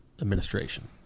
administration